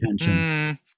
attention